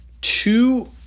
two